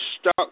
stuck